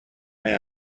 may